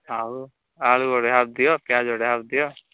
ଆଉ ଆଳୁ ଅଧା ଦିଅ ପିଆଜ ଅଧା ଆଉ ଦିଅ